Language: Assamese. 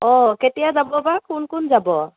অ' কেতিয়া যাব বা কোন কোন যাব